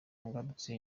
ngarutse